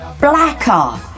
Blacker